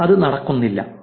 പക്ഷേ അത് നടക്കുന്നില്ല